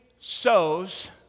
sows